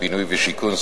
בינוי ושיכון,